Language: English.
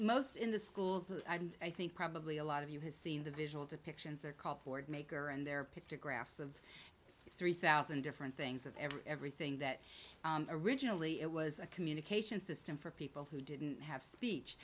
most in the schools and i think probably a lot of you has seen the visual depictions they're called board maker and their picture graphs of three thousand different things of every everything that originally it was a communication system for people who didn't have speech